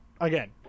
again